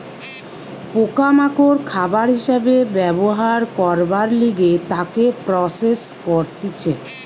পোকা মাকড় খাবার হিসাবে ব্যবহার করবার লিগে তাকে প্রসেস করতিছে